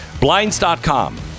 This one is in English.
Blinds.com